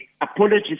apologies